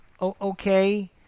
okay